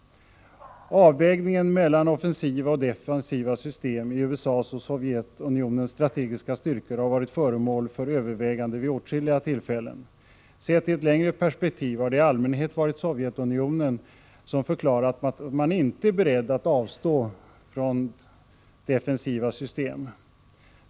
Avvägningen mellan offensiva och defensiva system i USA:s och Sovjetunionens strategiska styrkor har varit föremål för överväganden vid åtskilliga tillfällen. Sett i ett längre perspektiv har det i allmänhet varit Sovjetunionen som förklarat att man inte är beredd att avstå från defensiva system.